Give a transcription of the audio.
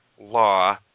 Law